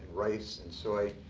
rice, and soy.